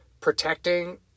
protecting